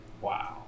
Wow